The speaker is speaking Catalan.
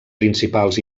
principals